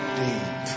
deep